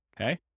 okay